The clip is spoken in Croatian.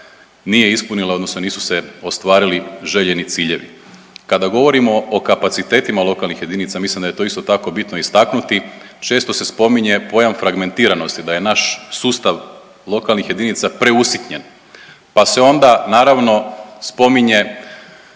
nije ispunila odnosno nisu se ostvarili željeni ciljevi. Kada govorimo o kapacitetima lokalnih jedinica, mislim da je to isto tako bitno istaknuti, često se spominje pojam fragmentiranosti, da je naš sustav lokalnih jedinica preusitnjen, pa se onda naravno spominje